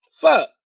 fuck